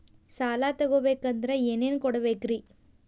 ಸಾಲ ತೊಗೋಬೇಕಂದ್ರ ಏನೇನ್ ಕೊಡಬೇಕ್ರಿ?